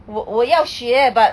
我我要学 but